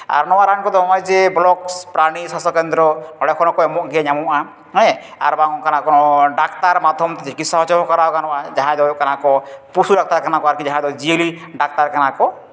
ᱟᱨ ᱱᱚᱣᱟ ᱨᱟᱱ ᱠᱚᱫᱚ ᱱᱚᱜᱼᱚᱭ ᱡᱮ ᱵᱞᱚᱠ ᱯᱨᱟᱱᱤ ᱥᱟᱥᱛᱷᱚ ᱠᱮᱱᱫᱽᱨᱚ ᱚᱸᱰᱮ ᱠᱷᱚᱱ ᱦᱚᱸᱠᱚ ᱮᱢᱚᱜ ᱜᱮᱭᱟ ᱧᱟᱢᱚᱜᱼᱟ ᱦᱮᱸ ᱟᱨ ᱵᱟᱝ ᱚᱱᱠᱟᱱᱟᱜ ᱠᱚᱱᱚ ᱰᱟᱠᱛᱟᱨ ᱢᱟᱫᱽᱫᱷᱚᱢ ᱛᱮ ᱪᱤᱠᱤᱥᱥᱟ ᱦᱚᱸ ᱠᱚᱨᱟᱣ ᱜᱟᱱᱚᱜᱼᱟ ᱡᱟᱦᱟᱸᱭ ᱫᱚ ᱦᱩᱭᱩᱜ ᱠᱟᱱᱟ ᱠᱚ ᱯᱚᱥᱩ ᱰᱟᱠᱛᱟᱨ ᱠᱟᱱᱟ ᱠᱚ ᱟᱨᱠᱤ ᱡᱤᱭᱟᱹᱞᱤ ᱰᱟᱠᱛᱟᱨ ᱠᱟᱱᱟ ᱠᱚ